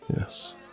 Yes